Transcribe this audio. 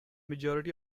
majority